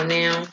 now